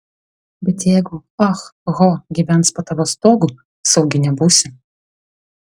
bet jeigu ah ho gyvens po tavo stogu saugi nebūsi